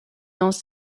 dans